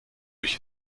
durch